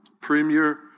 Premier